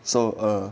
so err